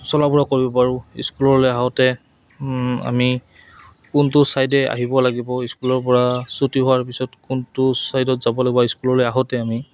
চলা ফুৰা কৰিব পাৰোঁ স্কুললৈ আহোঁতে আমি কোনটো ছাইডে আহিব লাগিব স্কুলৰ পৰা ছুটি হোৱাৰ পিছত কোনটো ছাইডত যাব লাগিব স্কুললৈ আহোঁতে আমি